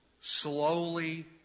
slowly